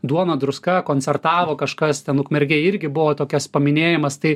duona druska koncertavo kažkas ten ukmergėj irgi buvo tokios paminėjimas tai